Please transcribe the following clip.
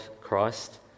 Christ